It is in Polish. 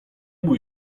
bój